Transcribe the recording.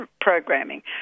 Programming